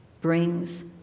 brings